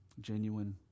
genuine